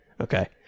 Okay